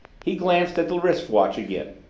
he glanced at the wrist watch again.